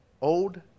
old